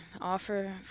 offer